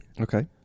Okay